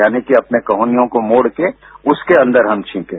यानि कि अपने कोहनियों को मोड़कर उसके अन्दर हम छींकें